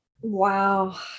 Wow